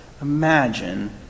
imagine